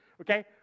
okay